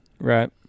right